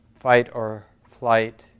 fight-or-flight